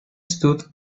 stood